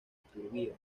iturbide